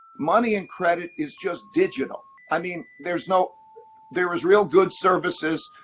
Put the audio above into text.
money and credit is just digital. i mean, there's no there is real good services,